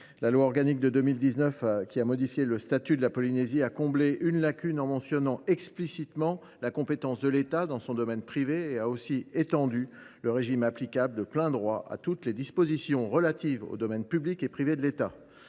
La loi organique de 2019, qui a modifié le statut de la Polynésie française, a comblé une lacune en mentionnant explicitement la compétence de l’État dans son domaine privé et a étendu le régime applicable de plein droit à toutes les dispositions relatives aux domaines public et privé de l’État.